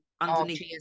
underneath